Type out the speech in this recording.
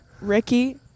Ricky